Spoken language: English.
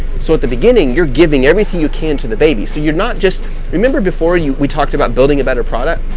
so at the beginning, you're giving everything you can to the baby. so you're not just remember before you we talked about building a better product,